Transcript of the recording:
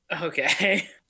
Okay